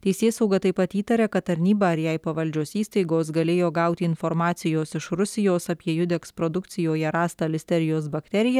teisėsauga taip pat įtaria kad tarnyba ar jai pavaldžios įstaigos galėjo gauti informacijos iš rusijos apie judeks produkcijoje rastą listerijos bakteriją